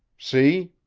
see?